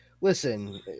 listen